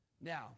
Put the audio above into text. Now